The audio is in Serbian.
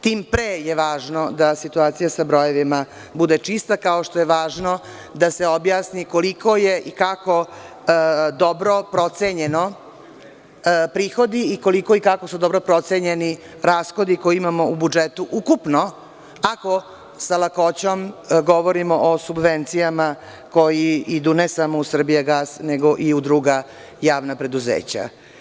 Tim pre je važno da situacija sa brojevima bude čista, kao što je važno da se objasni koliko su i kako dobro procenjeni prihodi i koliko i kako su dobro procenjeni rashodi koje imamo u budžetu, ukupno, ako sa lakoćom govorimo o subvencijama koje idu, ne samo u „Srbijagas“, nego i u druga javna preduzeća.